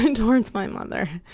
and towards my mother,